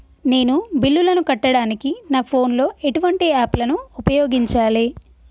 నేను బిల్లులను కట్టడానికి నా ఫోన్ లో ఎటువంటి యాప్ లను ఉపయోగించాలే?